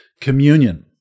communion